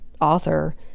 author